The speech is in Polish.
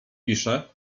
pisze